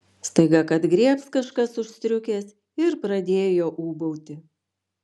staiga kad griebs kažkas už striukės ir pradėjo ūbauti